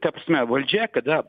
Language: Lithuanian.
ta prasme valdžia kada